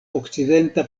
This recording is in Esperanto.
okcidenta